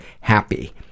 HAPPY